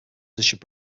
should